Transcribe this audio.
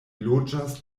loĝas